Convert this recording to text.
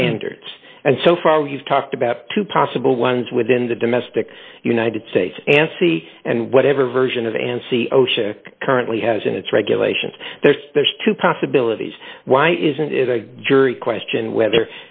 standards and so far we've talked about two possible ones within the domestic united states and c and whatever version of and see osha currently has in its regulations there's there's two possibilities why isn't it a jury question whether